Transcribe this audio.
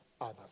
others